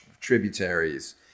tributaries